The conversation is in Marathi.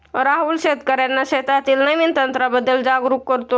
राहुल शेतकर्यांना शेतीतील नवीन तंत्रांबद्दल जागरूक करतो